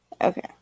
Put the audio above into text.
Okay